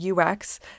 UX